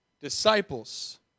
Disciples